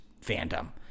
fandom